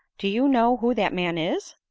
do you know who that man is?